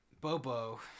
Bobo